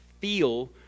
feel